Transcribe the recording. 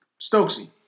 Stokesy